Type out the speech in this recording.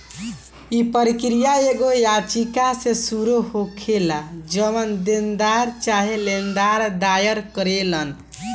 इ प्रक्रिया एगो याचिका से शुरू होखेला जवन देनदार चाहे लेनदार दायर करेलन